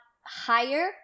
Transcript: higher